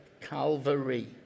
Calvary